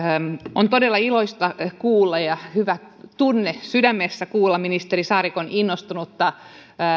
on todella iloista kuulla ja hyvä tunne sydämessä ministeri saarikon